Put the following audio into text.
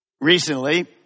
Recently